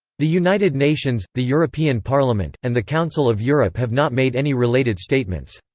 the united nations, the european parliament, and the council of europe have not made any related statements.